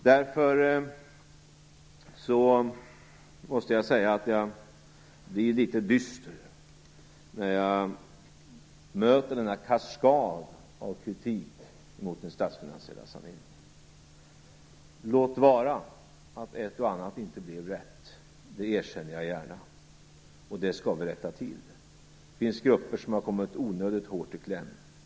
Jag måste därför säga att jag blir litet dyster när jag möter denna kaskad av kritik mot den statsfinansiella saneringen. Låt vara att ett och annat inte blev rätt. Det erkänner jag gärna, och det skall vi rätta till. Det finns grupper som har kommit onödigt hårt i kläm.